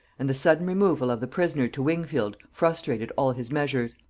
and the sudden removal of the prisoner to wingfield frustrated all his measures.